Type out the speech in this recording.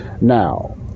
Now